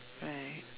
right